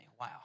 Wow